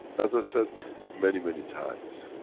as i said, many, many times.